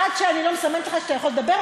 עד שאני לא מסמנת לך שאתה יכול לדבר,